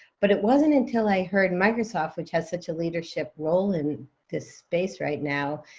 but it wasn't until i heard microsoft, which has such a leadership role in this space right now,